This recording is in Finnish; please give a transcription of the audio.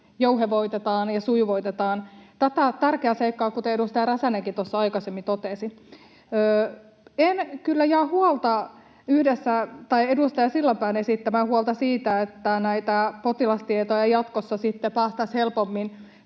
jouhevoitetaan ja sujuvoitetaan tätä tärkeää seikkaa, kuten edustaja Räsänenkin tuossa aikaisemmin totesi. En kyllä jaa edustaja Sillanpään esittämää huolta siitä, että näitä potilastietoja sitten jatkossa päästäisiin helpommin